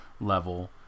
level